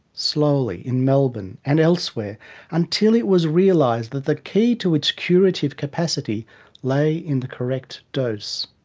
slowly, in melbourne and elsewhere until it was realised the the key to its curative capacity lay in the correct dose.